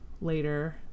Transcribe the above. later